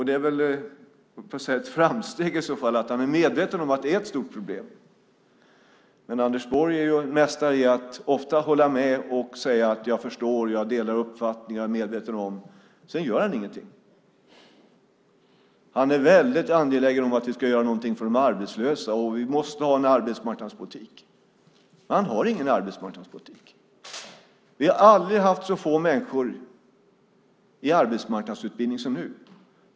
Det är väl på ett sätt ett framsteg ändå att han är medveten om att det är ett stort problem. Anders Borg är mästare i att ofta hålla med och säga att han förstår, att han delar uppfattningen, att han är medveten. Men sedan gör han ingenting. Ander Borg är väldigt angelägen om att vi ska göra något åt de arbetslösa. Vi måste ha en arbetsmarknadspolitik, men han har ingen arbetsmarknadspolitik. Vi har aldrig haft så få människor i arbetsmarknadsutbildning som nu.